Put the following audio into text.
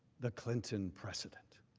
the clinton president,